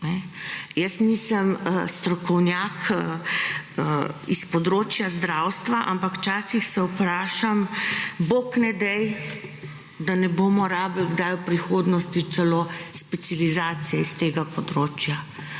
Jaz nisem strokovnjak iz področja zdravstva, ampak včasih se vprašam, bog ne daj, da ne bomo rabili kdaj v prihodnosti celo specializacijo iz tega področja.